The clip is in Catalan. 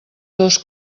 dos